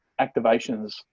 activations